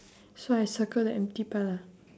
so I circle the empty part ah